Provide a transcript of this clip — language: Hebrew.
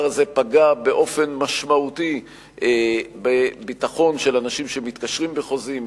מצב זה פגע באופן משמעותי בביטחון של אנשים שמתקשרים בחוזים,